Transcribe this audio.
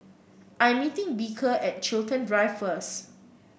I am meeting Beecher at Chiltern Drive first